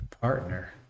Partner